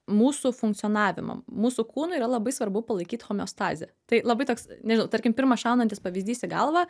mūsų funkcionavimą mūsų kūnui yra labai svarbu palaikyt homeostazę tai labai toks nežinau tarkim pirmas šaunantis pavyzdys į galvą